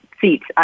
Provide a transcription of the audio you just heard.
seats